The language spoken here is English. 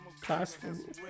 classroom